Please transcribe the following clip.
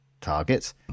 targets